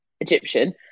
Egyptian